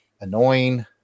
annoying